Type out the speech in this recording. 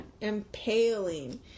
impaling